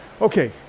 Okay